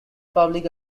public